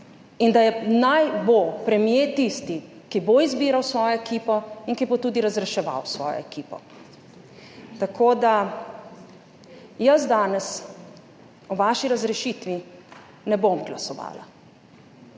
in da naj bo premier tisti, ki bo izbiral svojo ekipo, in ki bo tudi razreševal svojo ekipo. Tako da, jaz danes o vaši razrešitvi ne bom glasovala.